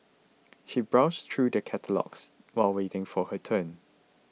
she browsed through the catalogues while waiting for her turn